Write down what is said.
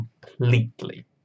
completely